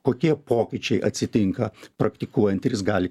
kokie pokyčiai atsitinka praktikuojant ir jis gali